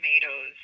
Tomatoes